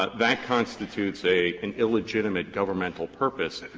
but that constitutes a an illegitimate governmental purpose. and